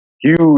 huge